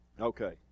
okay